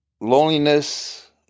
loneliness